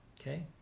okay